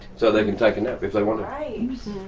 so they can take a nap if they want to.